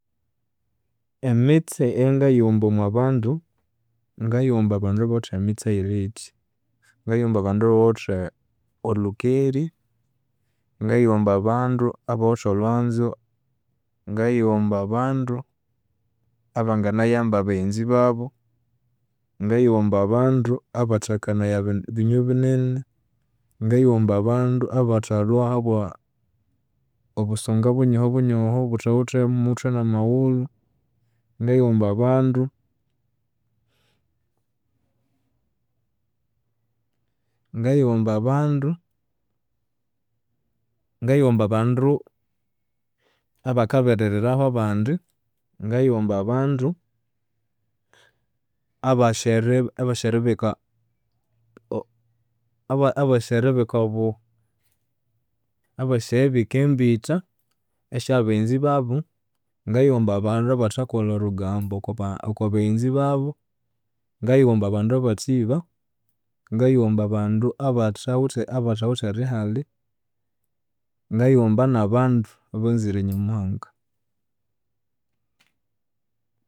Emitse eyangayighomba omwabandu, ngayighomba abandu abawithe emitse eyiriyithya. Ngayighomba abandu abawithe olhukeri, ngayighomba abandu abawithe olhwanzu, ngayighomba abandu abanginayamba baghenzi babu, ngayighomba abandu abathakanaya binywe binene, ngayighomba abandu abathalhwa habya obusonga bunyahobunyaho obuthawithe omuthwe namaghulhu, ngayighomba abandu ngayighomba abandu ngayighomba abandu abakabererahu abandi, ngayighomba abandu abasi eri- abasi eribika obu- abasi eribika embitha esyabaghenzi babu, ngayighomba abandu abathakolha orugambu okwabaghenzi babu, ngayighomba abandu abathiba, ngayoghomba abandu abathawithe abathawithe erihali, ngayighomba nabandu abanzire nyamuhanga.